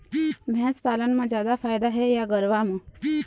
भैंस पालन म जादा फायदा हे या गरवा म?